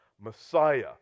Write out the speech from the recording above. Messiah